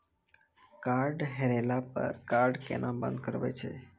Card हेरैला पर card केना बंद करबै छै?